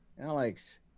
Alex